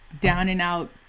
down-and-out